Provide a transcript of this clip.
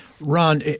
Ron